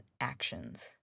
actions